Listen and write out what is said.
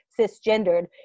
cisgendered